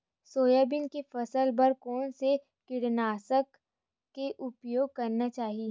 Soybean के फसल बर कोन से कीटनाशक के उपयोग करना चाहि?